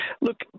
Look